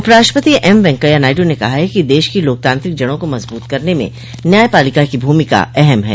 उप राष्ट्रपति एमवैंकैया नायडू ने कहा है कि देश की लोकतांत्रिक जड़ों को मजबूत करने में न्यायपालिका की भूमिका अहम है